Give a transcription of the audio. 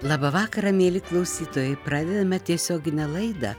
labą vakarą mieli klausytojai pradedame tiesioginę laidą